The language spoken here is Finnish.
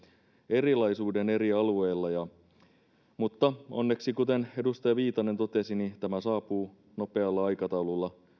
erilaisuuden eri alueilla mutta onneksi kuten edustaja viitanen totesi tämä saapuu nopealla aikataululla